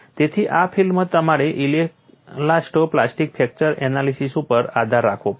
તેથી આ ફિલ્ડમાં તમારે ઇલાસ્ટો પ્લાસ્ટિક ફ્રેક્ચર એનાલિસીસ ઉપર આધાર રાખવો પડશે